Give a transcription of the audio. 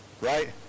Right